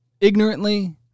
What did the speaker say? ignorantly